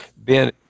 Ben